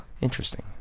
Interesting